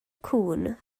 cŵn